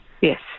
Yes